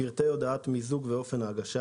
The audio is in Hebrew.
"פרטי הודעת מיזוג ואופן ההגשה